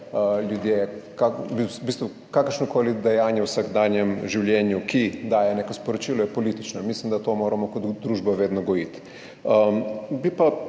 živali, v bistvu kakršnokoli dejanje v vsakdanjem življenju, ki daje neko sporočilo, je politično in mislim, da moramo to kot družba vedno gojiti. Bi pa